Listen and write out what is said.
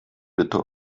bitte